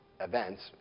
events